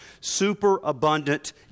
superabundant